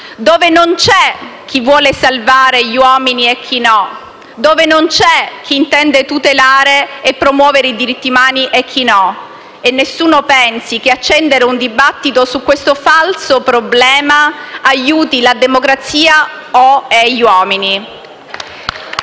dove non c'è chi vuole salvare gli uomini e chi no, dove non c'è chi intende tutelare e promuovere i diritti mani e chi no e nessuno pensi che accendere un dibattito su questo falso problema aiuti la democrazia o/e gli uomini!